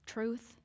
Truth